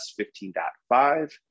15.5